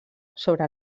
sobre